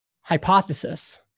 hypothesis